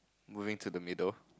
moving to the middle